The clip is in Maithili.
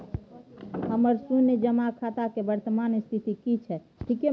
हमर शुन्य जमा खाता के वर्तमान स्थिति की छै?